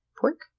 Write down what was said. pork